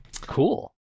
Cool